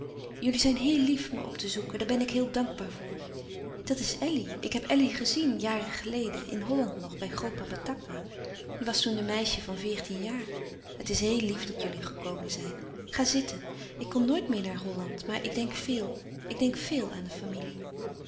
jullie zijn heel lief me op te zoeken daar ben ik heel dankbaar voor dat is elly ik heb elly gezien jaren geleden in holland nog bij grootpapa takma je was toen een meisje van veertien jaar het is heel lief dat jullie gekomen zijn ga zitten ik kom nooit meer naar holland maar ik denk veel ik denk véel aan de familie